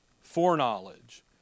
Foreknowledge